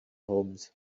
homes